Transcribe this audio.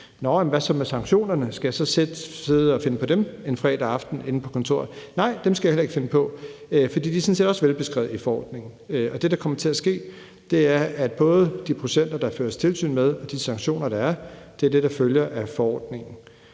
men hvad så med sanktionerne? Skal jeg så selv sidde og finde på dem en fredag aften inde på kontoret? Nej, dem skal jeg heller ikke finde på, for de er sådan set også velbeskrevet i forordningen. Det, der kommer til at ske, er, at både de procenter, der føres tilsyn med, og de sanktioner, der er, er det, der følger af forordningen.